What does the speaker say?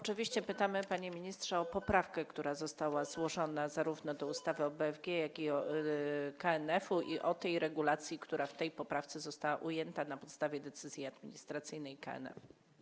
Oczywiście pytamy, panie ministrze, o poprawkę, która została złożona zarówno do ustawy o BFG, jak i o KNF, i o tę regulację, która w tej poprawce została ujęta na podstawie decyzji administracyjnej KNF.